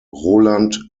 roland